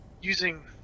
using